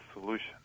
solution